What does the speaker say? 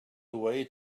away